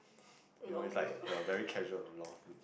you know its like the very casual lol noob